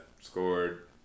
scored